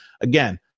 again